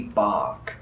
bark